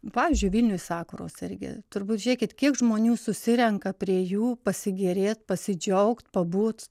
pavyzdžiui vilniuj sakuros irgi turbūt žiūrėkit kiek žmonių susirenka prie jų pasigėrėt pasidžiaugt pabūt